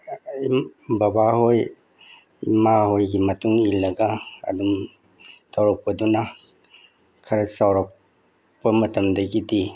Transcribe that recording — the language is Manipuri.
ꯕꯕꯥ ꯍꯣꯏ ꯏꯃꯥ ꯍꯣꯏꯒꯤ ꯃꯇꯨꯡ ꯏꯜꯂꯒ ꯑꯗꯨꯝ ꯇꯧꯔꯛꯄꯗꯨꯅ ꯈꯔ ꯆꯥꯎꯔꯛꯄ ꯃꯇꯝꯗꯒꯤꯗꯤ